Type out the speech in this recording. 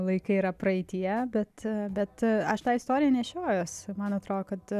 laikai yra praeityje bet bet aš tą istoriją nešiojuosi man atrodo kad